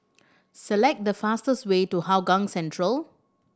select the fastest way to Hougang Central